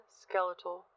skeletal